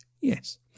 yes